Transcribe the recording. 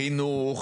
חינוך,